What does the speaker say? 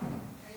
עד